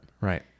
right